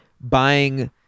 buying